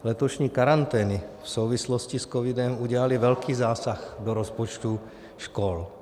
Letošní karantény v souvislosti s covidem udělaly velký zásah do rozpočtu škol.